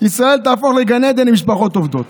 "ישראל תהפוך לגן עדן למשפחות עובדות".